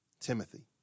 Timothy